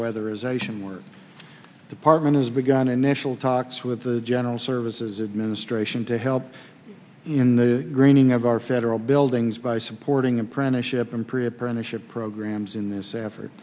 work department has begun initial talks with the general services administration to help in the greening of our federal buildings by supporting apprenticeship and pre apprenticeship programs in this effort